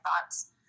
thoughts